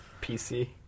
PC